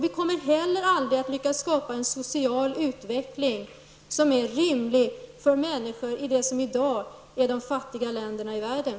Vi kommer heller aldrig att lyckas med att skapa en social utveckling, som är rimlig för människor i de länder det som i dag är de fattiga länderna i världen.